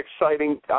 exciting